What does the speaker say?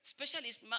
Specialist